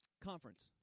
conference